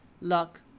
luck